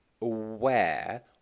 aware